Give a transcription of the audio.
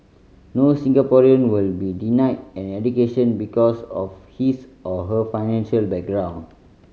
no Singaporean will be denied an education because of his or her financial background